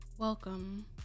Welcome